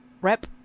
rep